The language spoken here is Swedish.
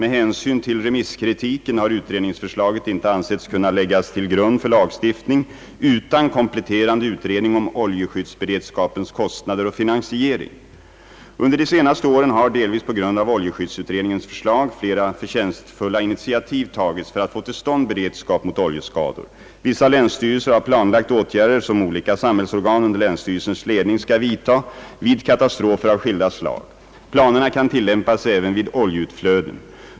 Med hänsyn till remisskritiken har utredningsförslaget inte ansetts kunna läggas till grund för lagstiftning utan Under de senaste åren har, delvis på grund av oljeskyddsutredningens förslag, flera förtjänstfulla initiativ tagits för att få till stånd beredskap mot oljeskador. Vissa länsstyrelser har planlagt åtgärder som olika samhällsorgan under länsstyrelsens ledning skall vidta vid katastrofer av skilda slag. Planerna kan tillämpas även vid oljeutflöden.